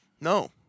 No